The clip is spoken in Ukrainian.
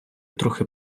трохи